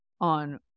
on